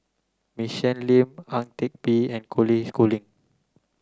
Michelle Lim Ang Teck Bee and Colin Schooling